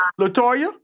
Latoya